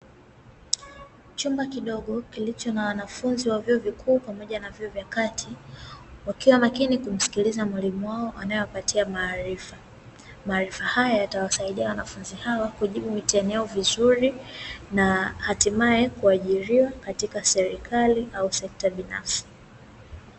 Chumba kidogo kilicho na wanafunzi wa vyuo vikuu pamoja na vyuo vya kati, wakiwa makini kumsikiliza mwalimu wao anayewapatia maarifa. Maarifa haya yatawasaidia wanafunzi hawa kujibu mitihani yao vizuri, na hatimaye kuajiriwa katika serikali au sekta binafsi.